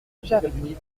jarrie